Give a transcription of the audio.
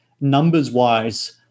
numbers-wise